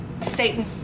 Satan